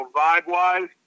vibe-wise